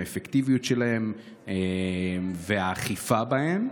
האפקטיביות שלהם והאכיפה בהם.